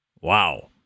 Wow